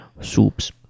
Soups